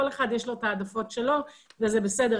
כל אחד יש לו את ההעדפות שלו וזה בסדר.